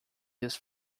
this